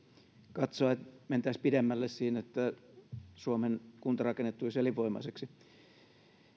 katsoa että mentäisiin pidemmälle siinä että suomen kuntarakenne tulisi elinvoimaiseksi